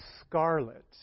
scarlet